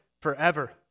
forever